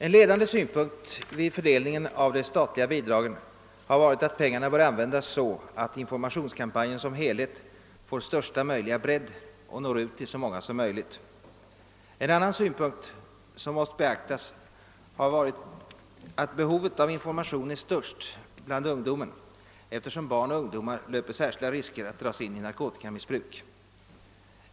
En ledande synpunkt vid fördelningen av de statliga bidragen har varit att pengarna bör användas så att informationskampanjen som helhet får största möjliga bredd och når ut till så många som möjligt. En annan synpunkt som måst beaktas har varit att behovet av information är störst bland ungdomen eftersom barn och ungdomar löper särskilda risker att dras in i narkotikamissbruk.